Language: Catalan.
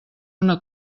una